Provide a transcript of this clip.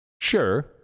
Sure